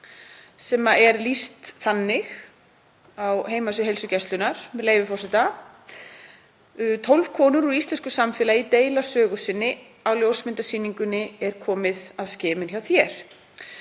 Því er lýst þannig á heimasíðu heilsugæslunnar, með leyfi forseta: „Tólf konur úr íslensku samfélagi deila sögu sinni á ljósmyndasýningunni Er komið að skimun hjá þér?